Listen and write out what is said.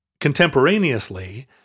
contemporaneously